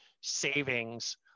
savings